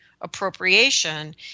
appropriation